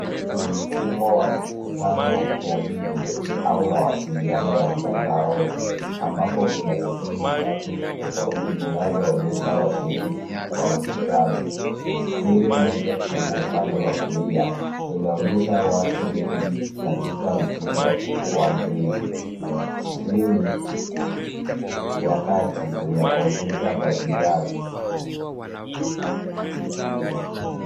Ni mfumo wa mikutano ya video au mawasiliano ya mtandao ambapo kuna skrini tatu tofauti zinazoonyesha washiriki wa mkutano. Skrini moja kubwa upande wa kulia inaonyesha watu wengi katika mtindo wa gridi. Skrini ya kati ni ya kompyuta pajani.